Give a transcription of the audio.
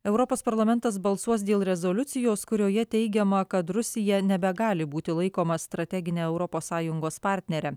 europos parlamentas balsuos dėl rezoliucijos kurioje teigiama kad rusija nebegali būti laikoma strategine europos sąjungos partnere